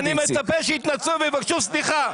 אני מצפה שיתנצלו ויבקשו סליחה.